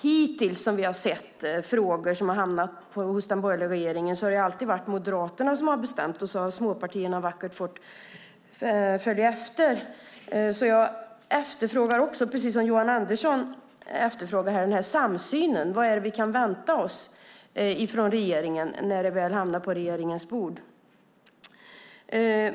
Hittills har vi sett att i de frågor som har hamnat hos den borgerliga regeringen har det alltid varit Moderaterna som bestämt, och småpartierna har vackert fått följa efter. Jag efterfrågar, precis som Johan Andersson, den här samsynen: Vad är det vi kan vänta oss från regeringen när det väl hamnar på regeringens bord?